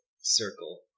circle